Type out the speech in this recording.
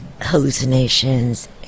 hallucinations